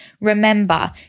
Remember